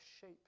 shape